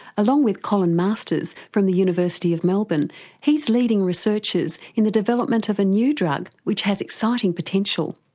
along with colin masters from the university of melbourne, he's leading researchers in the development of a new drug which has exciting potential.